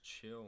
chill